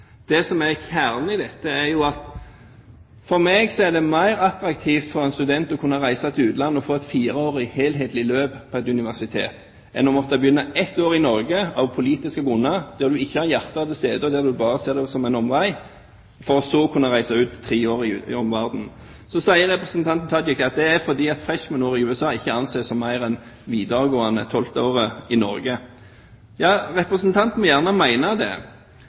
Det som er kjernen i dette, er jo at det er mer attraktivt for en student å kunne reise til utlandet og få et fireårig, helhetlig løp på et universitet enn å måtte begynne et år i Norge av politiske grunner, der du ikke har hjertet til stede, og der du bare ser det som en omvei, for så å kunne reise ut i tre år i verden. Så sier representanten Tajik at det er fordi freshman-året i USA ikke anses som mer enn videregående – det tolvte året – i Norge. Ja, representanten må gjerne mene det,